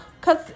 cause